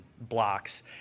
blocks